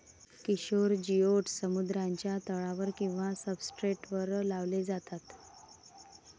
किशोर जिओड्स समुद्राच्या तळावर किंवा सब्सट्रेटवर लावले जातात